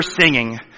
singing